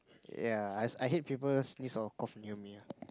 ya ice I hate people sneeze or cough near me